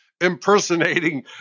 impersonating